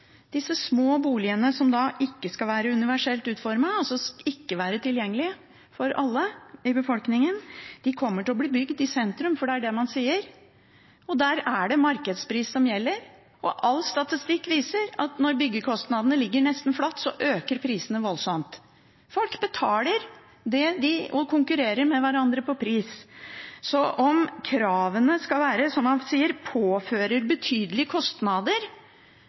Disse små boligene, som ikke skal være universelt utformet, og som ikke skal være tilgjengelige for alle i befolkningen, kommer til å bli bygd i sentrum, for det er det man sier, og der er det markedspris som gjelder. Og all statistikk viser at når byggekostnadene ligger nesten flatt, øker prisene voldsomt. Folk betaler og konkurrerer med hverandre på pris. Om kravene som skal være, sier man at de påfører betydelige kostnader. Man sier altså at hvis man er funksjonshemmet, påfører man andre betydelige kostnader.